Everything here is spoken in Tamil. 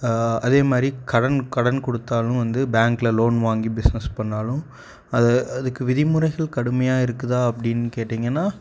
அதே மாதிரி கடன் கடன் கொடுத்தாலும் வந்து பேங்க்கில் லோன் வாங்கி பிஸ்னஸ் பண்ணிணாலும் அதை அதுக்கு விதிமுறைகள் கடுமையாக இருக்குதா அப்படின்னு கேட்டீங்கன்னா